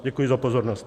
Děkuji za pozornost.